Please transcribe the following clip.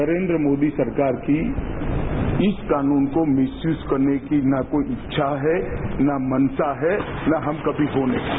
नरेन्द्र मोदी सरकार की इस कानून को मिसयूज करने की न कोई इच्छा है न मंशा है न हम कभी होने देंगे